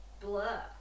blur